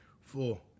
four